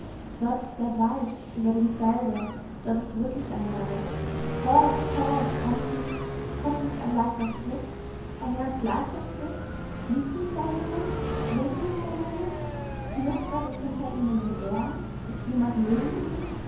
dort ist der wald über dem felde dort ist wirklich ein wald horch horch kommt nicht kommt nicht ein leichter schritt ein ganz leichter schritt fliegt nicht da jemand schwebt nicht da jemand knistert es hinter ihm in den ähren ist jemand neben ihm